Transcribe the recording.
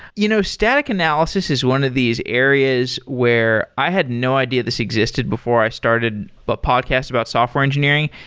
you know static analysis is one of these areas where i had no idea this existed before i started a but podcast about software engineering,